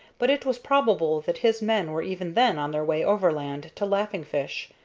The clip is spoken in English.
but it was probable that his men were even then on their way overland to laughing fish,